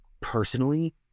personally